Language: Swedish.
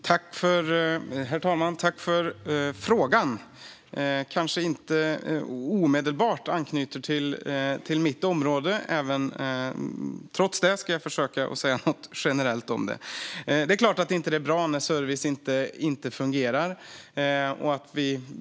Herr talman! Även om frågan kanske inte omedelbart anknyter till mitt område ska jag försöka säga något generellt om det. Det är klart att det inte är bra när service inte fungerar.